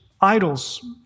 idols